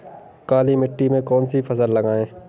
काली मिट्टी में कौन सी फसल लगाएँ?